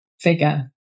figure